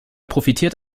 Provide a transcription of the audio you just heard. profitiert